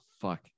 fuck